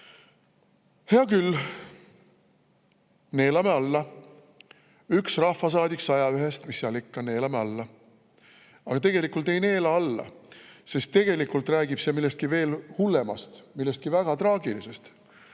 Hea küll, neelame alla. Üks rahvasaadik 101‑st – mis seal ikka, neelame alla. Aga ei neela alla, sest tegelikult räägib see millestki veel hullemast, millestki väga traagilisest.